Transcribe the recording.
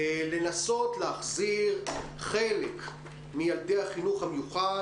לנסות להחזיר חלק מילדי החינוך המיוחד